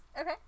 okay